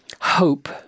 hope